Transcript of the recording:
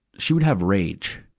she would have rage.